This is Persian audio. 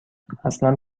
اصلا